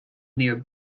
near